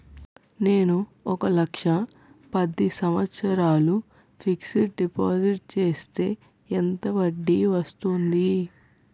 నేను ఒక లక్ష పది సంవత్సారాలు ఫిక్సడ్ డిపాజిట్ చేస్తే ఎంత వడ్డీ వస్తుంది?